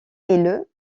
est